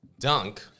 Dunk